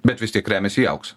bet vis tiek remiasi į auksą